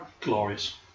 glorious